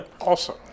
Awesome